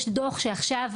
יש דו"ח שעכשיו,